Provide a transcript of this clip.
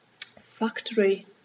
factory